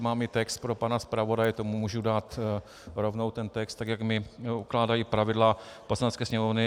Mám i text pro pana zpravodaje, tomu můžu dát rovnou ten text, jak mi ukládají pravidla Poslanecké sněmovny.